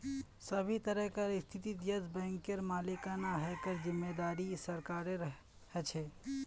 सभी तरहकार स्थितित येस बैंकेर मालिकाना हकेर जिम्मेदारी सरकारेर ह छे